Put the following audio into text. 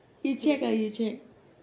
you check ah you check